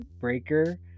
Breaker